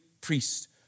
priest